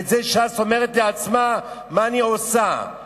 ואת זה ש"ס אומרת לעצמה: מה אני עושה בפועל.